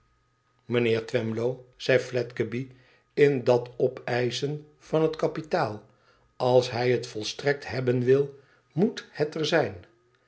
yribnd twemlow zei fiedgeby in dat opeischen vaahet kapitaal als hij het volstrekt hebben wil moet het er zijn